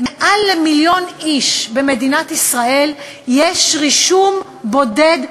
למעל מיליון איש במדינת ישראל יש רישום בודד,